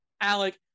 Alec